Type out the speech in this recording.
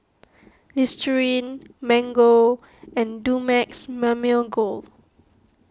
Listerine Mango and Dumex Mamil Gold